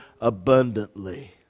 abundantly